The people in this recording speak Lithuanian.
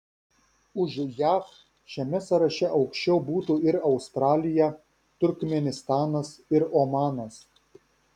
už jav šiame sąraše aukščiau būtų ir australija turkmėnistanas ir omanas